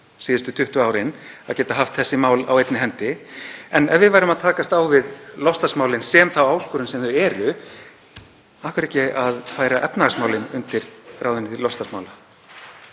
síðustu 20 árin, að geta haft þessi mál á einni hendi. En ef við værum að takast á við loftslagsmálin sem þá áskorun sem þau eru, af hverju ekki að færa efnahagsmálin undir ráðuneyti loftslagsmála?